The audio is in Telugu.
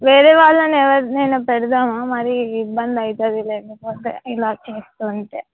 వేరే వాళ్ళని ఎవరినైనా పెడదామా మరి ఇబ్బంది అవుతుంది లేకపోతే ఇలా చేస్తుంటే